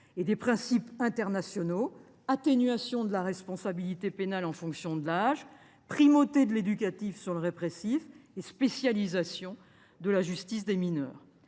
des mineurs, à savoir l’atténuation de la responsabilité pénale en fonction de l’âge, la primauté de l’éducatif sur le répressif et la spécialisation de la justice des mineurs.